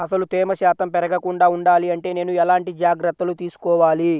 అసలు తేమ శాతం పెరగకుండా వుండాలి అంటే నేను ఎలాంటి జాగ్రత్తలు తీసుకోవాలి?